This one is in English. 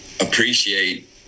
appreciate